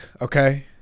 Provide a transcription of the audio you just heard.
okay